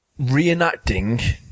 reenacting